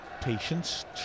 Patience